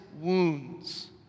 wounds